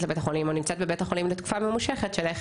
לבית החולים או נמצאת בבית החולים תקופה ממושכת - איך